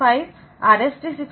5RST 6